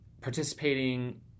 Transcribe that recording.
participating